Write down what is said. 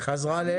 היא חזרה לאלקין?